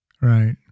Right